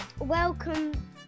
welcome